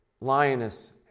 lioness